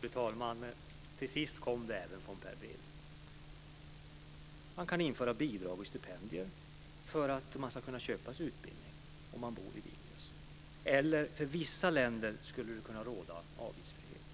Fru talman! Till sist kom det även från Per Bill. Man kan införa bidrag och stipendier för att man ska kunna köpa sig utbildning om man bor i Vilnius. Och för vissa länder skulle det kunna råda avgiftsfrihet.